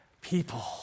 people